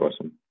awesome